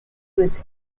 was